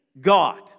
God